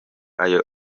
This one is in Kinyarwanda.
ayo